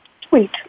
tweet